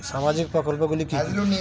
সামাজিক প্রকল্পগুলি কি কি?